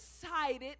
decided